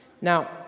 Now